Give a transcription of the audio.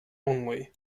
only